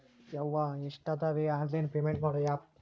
ಯವ್ವಾ ಎಷ್ಟಾದವೇ online payment ಮಾಡೋ ಆಪ್